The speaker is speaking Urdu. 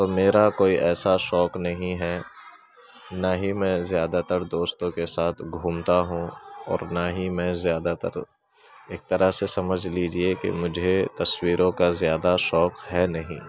تو میرا کوئی ایسا شوق نہیں ہے نہ ہی میں زیادہ تر دوستوں کے ساتھ گھومتا ہوں اور نہ ہی میں زیادہ تر ایک طرح سے سمجھ لیجیے کہ مجھے تصویروں کا زیادہ شوق ہے نہیں